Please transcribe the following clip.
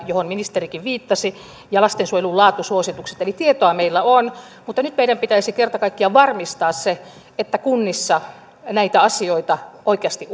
johon ministerikin viittasi ja lastensuojelun laatusuositukset eli tietoa meillä on mutta nyt meidän pitäisi kerta kaikkiaan varmistaa se että kunnissa näitä asioita oikeasti